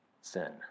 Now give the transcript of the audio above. sin